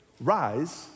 rise